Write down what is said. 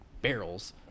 barrels